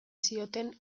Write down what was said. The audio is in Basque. zioten